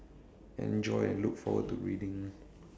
enjoy and look forward to reading